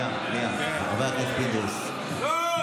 חבר הכנסת פינדרוס, דמגוג.